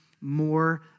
more